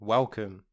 Welcome